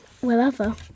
wherever